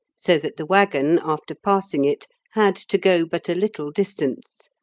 so that the waggon, after passing it, had to go but a little distance,